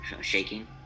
shaking